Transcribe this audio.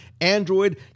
Android